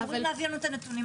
אמורים להביא לנו את הנתונים,